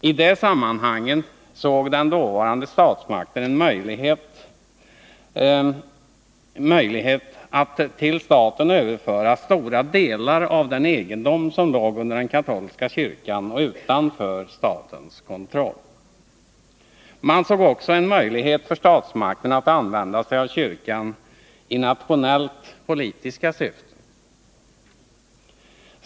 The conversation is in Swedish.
I det sammanhanget såg den dåvarande statsmakten en möjlighet att till staten överföra stora delar av den egendom som låg under den katolska kyrkan och utanför statens kontroll. Man såg också en möjlighet för statsmakten att använda sig av kyrkan i nationellt politiska syften.